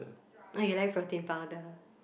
oh you like protein powder